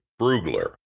Brugler